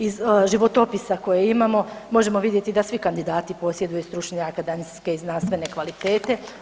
Iz životopisa koje imamo možemo vidjeti da svi kandidati posjeduju stručne akademske i znanstvene kvalitete.